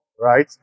right